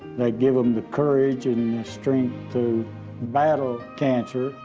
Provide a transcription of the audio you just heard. they give them the courage and the strength to battle cancer.